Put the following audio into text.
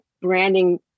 branding